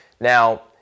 Now